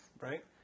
right